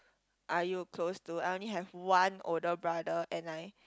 are you close to I only have one older brother and I